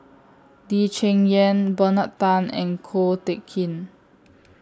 Lee Cheng Yan Bernard Tan and Ko Teck Kin